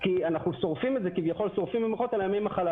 כי אנחנו "שורפים" את זה על ימי מחלה,